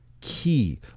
key